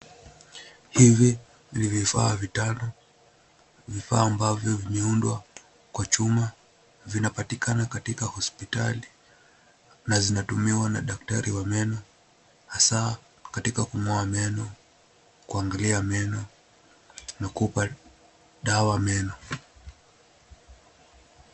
Hivi ni vifaa vitano, vifaa ambavyo vimeundwa kwa chuma vinapatikana katika hospitali na zinatumiwa na daktari wa meno hasa katika kung'oa meno, kuangalia meno na kupa dawa meno.